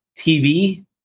TV